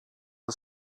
are